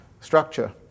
structure